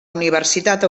universitat